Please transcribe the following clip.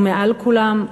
הוא מעל כולם?